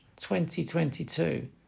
2022